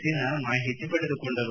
ಸಿನ್ಹಾ ಮಾಹಿತಿ ಪಡೆದುಕೊಂಡರು